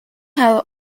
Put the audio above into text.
how